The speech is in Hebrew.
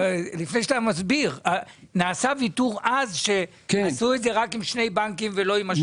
נעשה הוויתור כשעשו את זה עם שני בנקים ולא עם השלישי?